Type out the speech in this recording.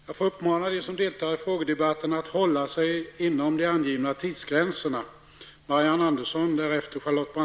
Jag får uppmana de som deltar i frågedebatten att hålla sig inom de angivna tidsgränserna.